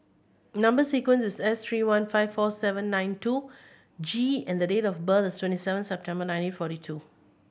number sequence is S three one five four seven nine two G and the date of birth is twenty seven September nineteen forty four